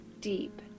deep